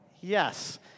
Yes